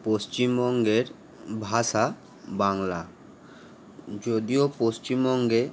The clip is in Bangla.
পশ্চিমবঙ্গের ভাষা বাংলা যদিও পশ্চিমবঙ্গে